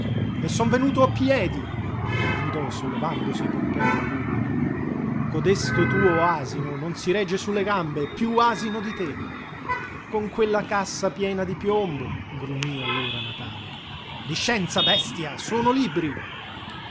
e son venuto a piedi gridò sollevandosi pompeo lagúmina codesto tuo asino non si regge su le gambe piú asino di te con quella cassa piena di piombo grugní allora natale di scienza bestia sono libri